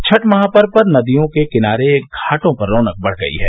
छठ महापर्व पर नदियों किनारे घाटों पर रौनक बढ़ गयी है